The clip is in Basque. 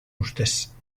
ustez